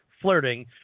Flirting